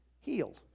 healed